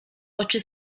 oczy